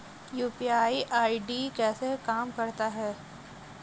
UPI ID कैसे काम करता है?